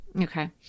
Okay